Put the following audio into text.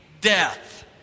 death